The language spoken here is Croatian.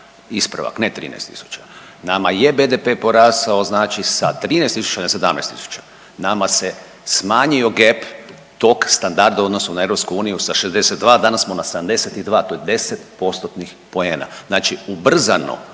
Ispravak, ne 13000. Nama je BDP porasao znači sa 13000 na 17000. Nama se smanjio GEP tog standarda u odnosu na EU sa 52, danas smo na 72. To je 10 postotnih poena. Znači ubrzano